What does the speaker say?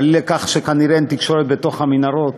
אבל מפני שכנראה אין תקשורת בתוך המנהרות,